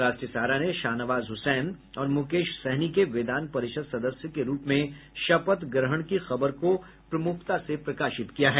राष्ट्रीय सहारा ने शाहनवाज हुसैन और मुकेश सहनी के विधान परिषद सदस्य के रूप में शपथ ग्रहण की खबर को प्रमुखता से प्रकाशित किया है